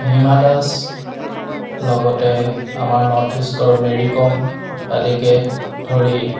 হিমা দাস লগতে আমাৰ নৰ্থইষ্টৰ মেৰিকম আদিকে ধৰি